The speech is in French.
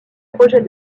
projet